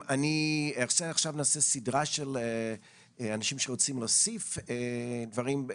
עכשיו נעשה סדרה של אנשים שרוצים להוסיף דברים.